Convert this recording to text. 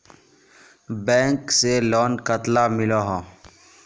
Bank से loan कतला मिलोहो?